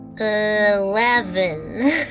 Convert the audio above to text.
Eleven